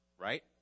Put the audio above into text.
Right